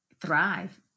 thrive